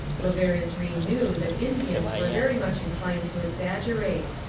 la verendrye knew that indians were very much inclined to exaggerate.